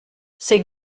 c’est